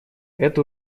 это